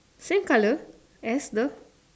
same colour as the